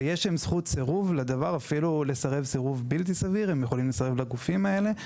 ויש להם זכות סירוב; הם יכולים לסרב אפילו סירוב בלתי סביר לגופים האלה.